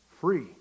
free